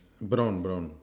brown brown